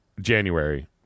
january